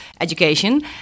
education